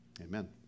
Amen